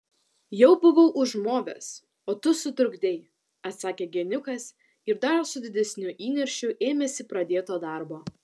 jau buvau užmovęs o tu sutrukdei atsakė geniukas ir dar su didesniu įniršiu ėmėsi pradėto darbo